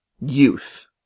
youth